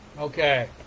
Okay